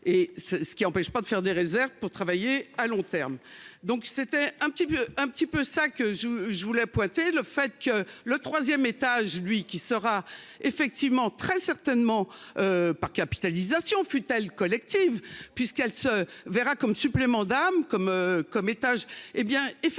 ce qui empêche pas de faire des réserves pour travailler à long terme, donc c'était un petit peu un petit peu ça que je je voulais pointer le fait que le 3ème étage lui qui sera effectivement très certainement. Par capitalisation futals collective puisqu'elle se verra comme supplément d'âme comme comme étage. Eh bien effectivement